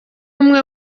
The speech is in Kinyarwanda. umwe